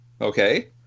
okay